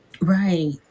Right